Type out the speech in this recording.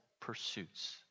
pursuits